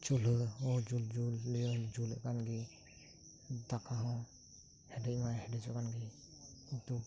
ᱪᱩᱞᱦᱟᱹᱦᱚᱸ ᱡᱩᱞ ᱢᱟᱱᱮ ᱡᱩᱞᱮᱫ ᱠᱟᱱᱜᱤ ᱫᱟᱠᱟ ᱦᱚᱸ ᱦᱮᱰᱮᱡᱢᱟ ᱦᱮᱰᱮᱪᱚᱜ ᱠᱟᱱᱜᱤ ᱠᱤᱱᱛᱩ